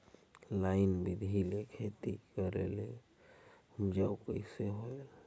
Line बिधी ले खेती करेले उपजाऊ कइसे होयल?